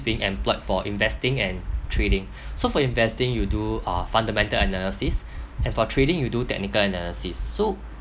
being employed for investing and trading so for investing you do uh fundamental analysis and for trading you do technical analysis so